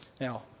Now